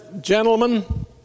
Gentlemen